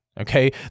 okay